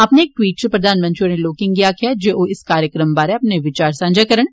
अपने इक ट्वीट च प्रघानमंत्री होरें लोकें गी आक्खेआ ऐ जे ओह् इस कार्यक्रम बारै अपने विचार सांझा करन